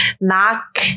knock